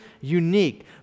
unique